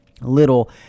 little